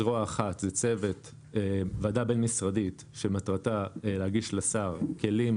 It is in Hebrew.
זרוע אחת זו ועדה בין-משרדית שמטרתה להגיש לשר כלים,